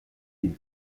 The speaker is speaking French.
ils